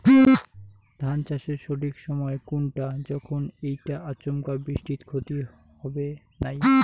ধান চাষের সঠিক সময় কুনটা যখন এইটা আচমকা বৃষ্টিত ক্ষতি হবে নাই?